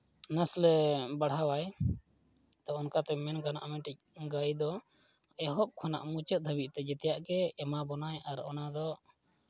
Nestle ᱵᱟᱲᱦᱟᱣᱟᱭ ᱛᱳ ᱚᱱᱠᱟᱛᱮ ᱢᱮᱱ ᱜᱟᱱᱚᱜᱼᱟ ᱢᱤᱫᱴᱤᱡ ᱜᱟᱹᱭ ᱫᱚ ᱮᱦᱚᱵ ᱠᱷᱚᱱᱟᱜ ᱢᱩᱪᱟᱹᱫ ᱫᱷᱟᱹᱵᱤᱡᱛᱮ ᱡᱚᱛᱚᱣᱟᱜ ᱜᱮ ᱮᱢᱟ ᱵᱚᱱᱟᱭ ᱟᱨ ᱚᱱᱟ ᱫᱚ